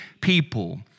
people